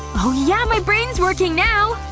oh yeah, my brain's working now.